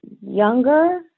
younger